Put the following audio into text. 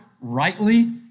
rightly